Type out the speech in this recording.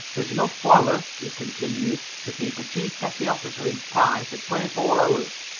there's enough flour, he continued, to keep a chief petty officer in pie for twenty-four hours.